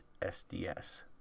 SDS